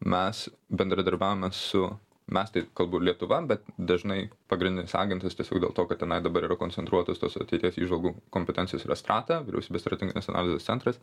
mes bendradarbiaujame su mes tai kalbu lietuva bet dažnai pagrindinis agentas tiesiog dėl to kad tenai dabar yra koncentruotos tos ateities įžvalgų kompetencijos yra strata vyriausybės strateginės analizės centras